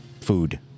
Food